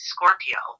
Scorpio